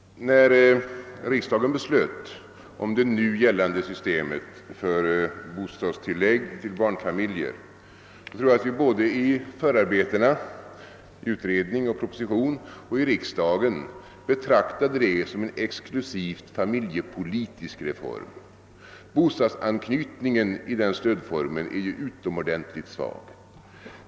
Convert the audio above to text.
När riksdagen fattade beslut om det nu gällande systemet för bostadstillägg till barnfamiljer, tror jag att man både i förarbetena — utredning och proposition — och i riksdagen betraktade det som en exklusivt familjepolitisk reform. Bostadsanknytningen i den stödformen är ju utomordentligt svag.